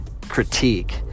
critique